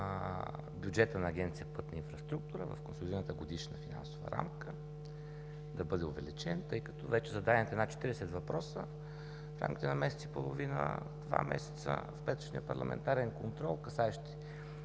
бюджетът на Агенция „Пътна инфраструктура“ в консолидираната годишна финансова рамка да бъде увеличен, тъй като зададените над 40 въпроса в рамките на месец и половина – два месеца в петъчния парламентарен контрол, касаещи